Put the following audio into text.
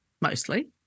mostly